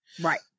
Right